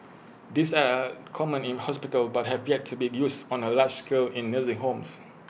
these are common in hospitals but have yet to be used on A large scale in nursing homes